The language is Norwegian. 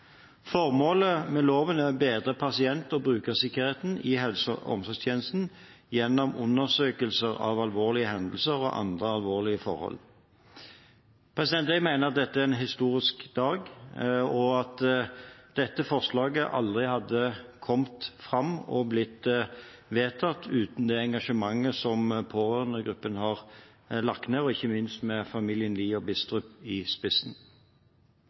Formålet med loven er å bedre pasient- og brukersikkerheten i helse- og omsorgstjenesten gjennom undersøkelser av alvorlige hendelser og andre alvorlige forhold. Jeg mener dette er en historisk dag, og at dette forslaget aldri hadde kommet fram og blitt vedtatt uten det engasjementet som Pårørendegruppen har lagt ned, ikke minst med familiene Lie og Bistrup i spissen.